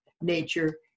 nature